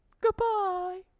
Goodbye